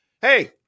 hey